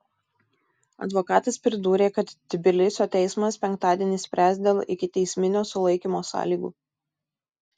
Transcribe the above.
advokatas pridūrė kad tbilisio teismas penktadienį spręs dėl ikiteisminio sulaikymo sąlygų